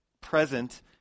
present